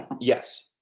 Yes